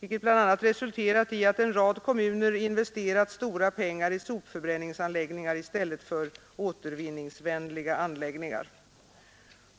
vilket bl.a. resulterat i att en rad kommuner investerat stora pengar i sopförbränningsanläggningar i stället för återvinningsvänliga anläggningar.